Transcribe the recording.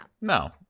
No